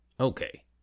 Okay